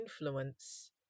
influence